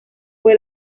fue